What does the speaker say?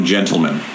Gentlemen